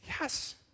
Yes